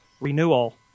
renewal